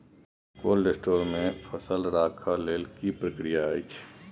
Cold store मे फसल रखय लेल की प्रक्रिया अछि?